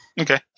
Okay